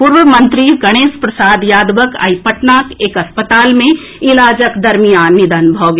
पूर्व मंत्री गणेश प्रसाद यादवक आई पटनाक एक अस्पताल मे इलाजक दरमियान निधन भऽ गेल